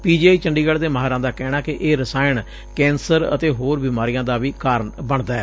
P G I Chandigarh ਦੇ ਮਾਹਿਰਾਂ ਦਾ ਕਹਿਣੈ ਕਿ ਇਹ ਰਸਾਇਣ ਕੈਂਸਰ ਅਤੇ ਹੋਰ ਬੀਮਾਰੀਆਂ ਦਾ ਵੀ ਕਾਰਨ ਬਣਦੈ